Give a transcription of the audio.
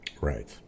right